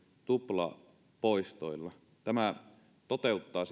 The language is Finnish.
tuplapoistoilla tämä toteuttaa